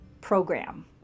program